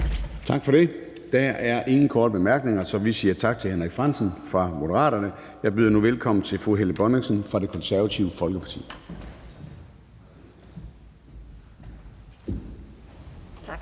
Tak for det. Der er ingen korte bemærkninger, så vi siger tak til hr. Henrik Frandsen fra Moderaterne. Jeg byder nu velkommen til fru Helle Bonnesen fra Det Konservative Folkeparti. Kl.